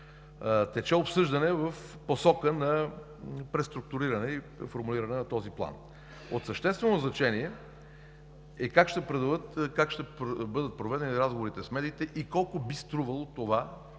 тече обсъждане в посока на преструктуриране и формулиране на този план. От съществено значение е как ще бъдат проведени разговорите с медиите и колко би струвало това.